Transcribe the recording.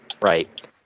Right